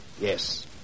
Yes